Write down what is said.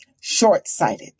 short-sighted